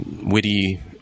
witty